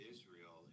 Israel